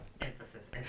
emphasis